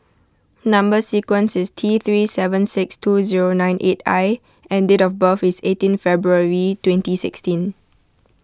Number Sequence is T three seven six two zero nine eight I and date of birth is eighteen February twenty sixteen